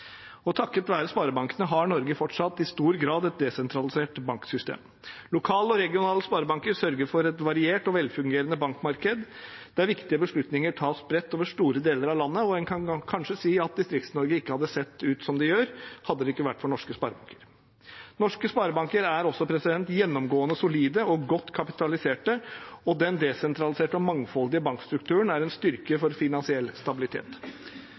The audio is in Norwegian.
Takket være sparebankene har Norge fortsatt i stor grad et desentralisert banksystem. Lokale og regionale sparebanker sørger for et variert og velfungerende bankmarked, der viktige beslutninger tas spredt over store deler av landet. En kan kanskje si at Distrikts-Norge ikke hadde sett ut som det gjør, hadde det ikke vært for norske sparebanker. Norske sparebanker er også gjennomgående solide og godt kapitaliserte, og den desentraliserte og mangfoldige bankstrukturen er en styrke for finansiell stabilitet.